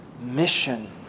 mission